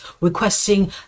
requesting